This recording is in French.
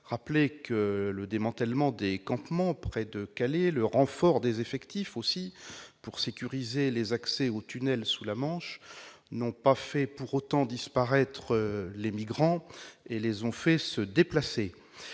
rappelle que le démantèlement des campements près de Calais et le renfort des effectifs pour sécuriser les accès au tunnel sous la Manche n'ont pas pour autant fait disparaître les migrants, les conduisant à se déplacer.